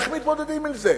איך מתמודדים עם זה.